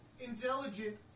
intelligent